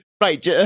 Right